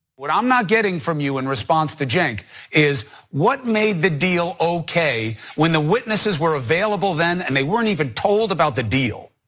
what i'm not getting from you in response to cenk is what made the deal okay when the witnesses were available then and they weren't even told about the deal?